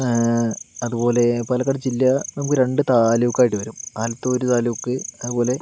അതുപോലെ പാലക്കാട് ജില്ല നമുക്ക് രണ്ട് താലൂക്ക് ആയിട്ട് വരും ആലത്തൂർ താലൂക്ക് അതുപോലെ